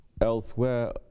elsewhere